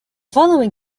following